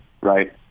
right